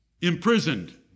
imprisoned